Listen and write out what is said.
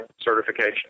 certification